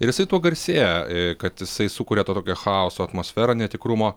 ir jisai tuo garsėja kad jisai sukuria to tokią chaoso atmosferą netikrumo